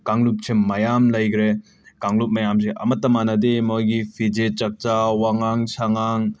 ꯀꯥꯡꯂꯨꯞꯁꯦ ꯃꯌꯥꯝ ꯂꯩꯒ꯭ꯔꯦ ꯀꯥꯡꯂꯨꯞ ꯃꯌꯥꯝꯁꯦ ꯑꯃꯠꯇ ꯃꯥꯟꯅꯗꯦ ꯃꯣꯏꯒꯤ ꯐꯤꯖꯦꯠ ꯆꯥꯛꯆꯥ ꯋꯥꯉꯥꯡ ꯁꯉꯥꯡ